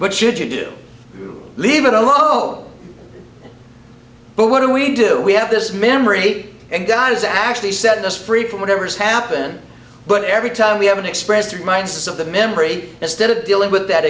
what should you do leave it a low but what do we do we have this memory and guys actually send us free from whatever's happened but every time we have an express reminds us of the memory instead of dealing with that